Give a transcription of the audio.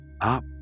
up